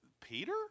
Peter